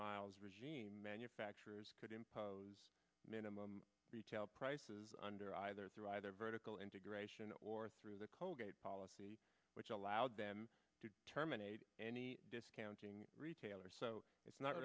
miles regime manufacturers could impose minimum retail prices under either through either vertical integration or through the colgate policy which allowed them to terminate any discounting retailer so it's